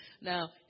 Now